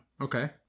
okay